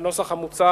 בנוסח המוצע